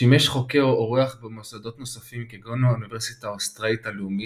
שימש חוקר אורח במוסדות נוספים כגון האוניברסיטה האוסטרלית הלאומית,